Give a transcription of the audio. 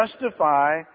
justify